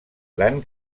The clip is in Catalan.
gran